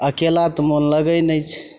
अकेला तऽ मोन लागै नहि छै